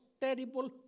terrible